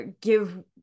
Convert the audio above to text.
give